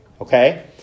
okay